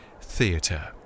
theatre